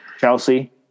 Chelsea